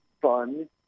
fun